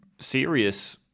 serious